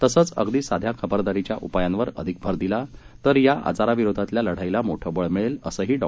तसंच अगदी साध्या खबरदारीच्या उपायांवर अधिक भर दिल्यास या आजाराविरोधातल्या लढाईला मोठं बळ मिळतं असंही डॉ